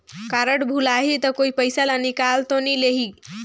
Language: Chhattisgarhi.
कारड भुलाही ता कोई पईसा ला निकाल तो नि लेही?